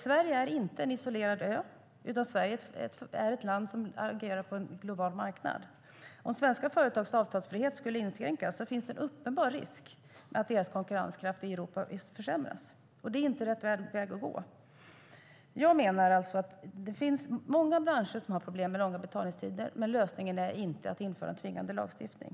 Sverige är inte en isolerad ö, utan Sverige är ett land som agerar på en global marknad. Om svenska företags avtalsfrihet skulle inskränkas finns det en uppenbar risk att deras konkurrenskraft i Europa försämras. Det är inte rätt väg att gå. Jag menar alltså att det finns många branscher som har problem med långa betalningstider. Men lösningen är inte att införa en tvingande lagstiftning.